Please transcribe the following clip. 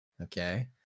Okay